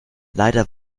leider